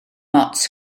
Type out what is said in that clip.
ots